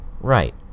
Right